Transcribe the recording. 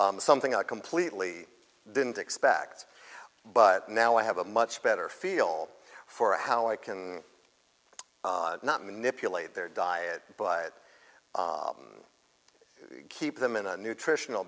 something i completely didn't expect but now i have a much better feel for how i can not manipulate their diet but keep them in a nutritional